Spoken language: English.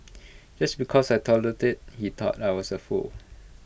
just because I tolerated he thought I was the fool